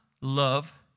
love